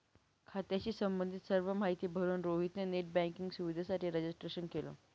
खात्याशी संबंधित सर्व माहिती भरून रोहित ने नेट बँकिंग सुविधेसाठी रजिस्ट्रेशन केले